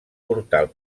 portal